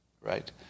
Right